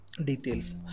Details